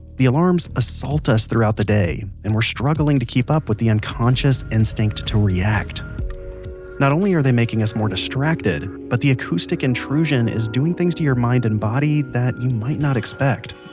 the alarms assault us throughout the day, and we're struggling to keep up with the unconscious instinct to react not only are they making us more distracted, but the acoustic intrusion is doing things to your mind and body that you might not expect